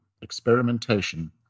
experimentation